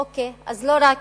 אוקיי, אז לא רק